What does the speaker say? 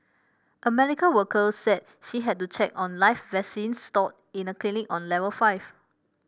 a medical worker said she had to check on live vaccines stored in a clinic on level five